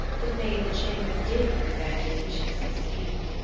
that made the chamber dim with their delicious steam.